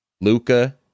Luca